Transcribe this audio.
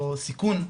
או סיכון למעשה,